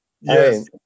Yes